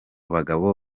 bagabo